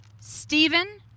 Stephen